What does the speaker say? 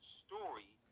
story